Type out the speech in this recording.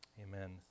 Amen